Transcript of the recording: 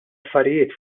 affarijiet